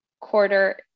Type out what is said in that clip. quarter